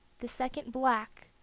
the second black,